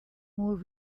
more